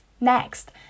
Next